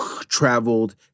traveled